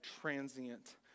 transient